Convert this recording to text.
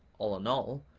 all in all,